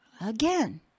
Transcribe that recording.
Again